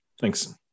Thanks